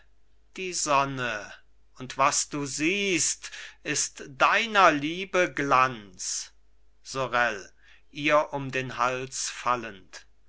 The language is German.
die sonne und was du siehst ist deiner liebe glanz sorel ihr um den hals fallend